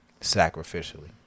sacrificially